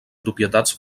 propietats